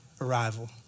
arrival